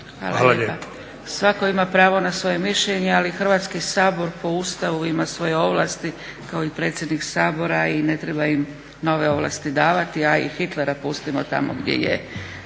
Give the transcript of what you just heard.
Hvala. Svatko ima pravo na svoje mišljenje, ali Hrvatski sabor po Ustavu ima svoje ovlasti kao i predsjednik Sabora i ne treba im nove ovlasti davati, a i Hitlera pustimo tamo gdje je,